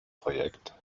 projekt